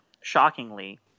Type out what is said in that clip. shockingly